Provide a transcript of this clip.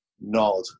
nod